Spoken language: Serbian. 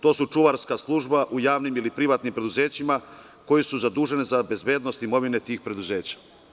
To su čuvarska služba u javnim ili privatnim preduzećima, koji su zaduženi za bezbednost imovine tih preduzeća.